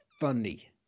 funny